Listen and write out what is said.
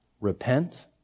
Repent